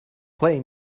play